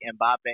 Mbappe